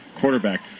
quarterback